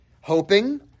Hoping